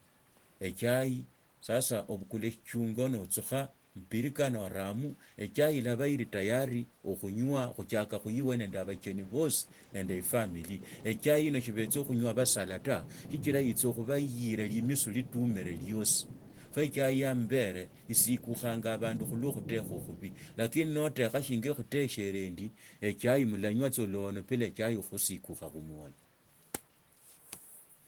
Echai sasa obukukula eshichunguu notsukha mubirika nooramo echai ilaba tayari okhunywa khuchaka khuiwe nende abacheni bosi nende ifamilia echa ino sibetsa khunywa basala ta sichira itsa khuba itse limisi lidumire liosi kho echai ya ambere isikukhanga abandu khulwa okhutekha khubi lakini natekha khuluso khutesheranga ndisechai mulanywa tsa oluono bila echai khukhusiuha khumunwa.